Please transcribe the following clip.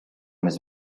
his